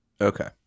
Okay